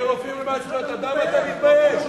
ב"רופאים לזכויות אדם" אתה מתבייש?